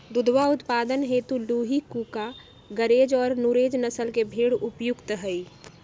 दुधवा उत्पादन हेतु लूही, कूका, गरेज और नुरेज नस्ल के भेंड़ उपयुक्त हई